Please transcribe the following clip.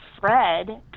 Fred